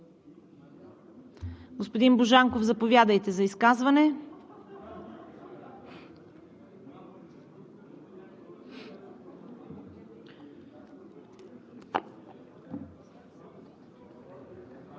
Господин Божанков, заповядайте за изказване.